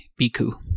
Biku